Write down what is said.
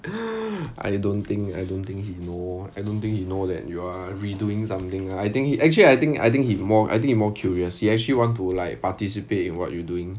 I don't think I don't think he know I don't think he know that you are re-doing something I think actually I think I think he more I think he more curious he actually want to like participate in what you doing